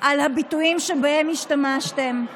על רקע יצירת ממשלת חילופים במסגרת תיקון מס' 8 לחוק-יסוד: